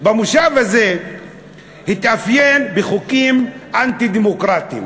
המושב הזה מתאפיין בחוקים אנטי-דמוקרטיים.